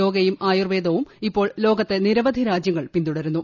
യോഗയും ആയുർവേദവും ഇപ്പോൾ ല്ലോകത്തെ നിരവധി രാജ്യങ്ങൾ പിന്തുടരുന്നു